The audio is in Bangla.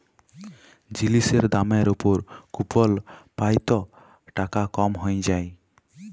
জিলিসের দামের উপর কুপল পাই ত টাকা কম হ্যঁয়ে যায়